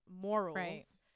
morals